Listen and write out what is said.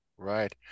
Right